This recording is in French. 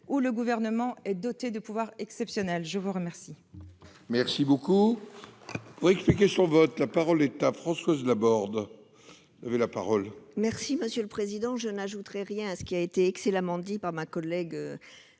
où le Gouvernement est doté de pouvoirs exceptionnels. de discussion